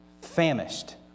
famished